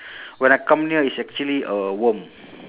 when I come near it's actually a worm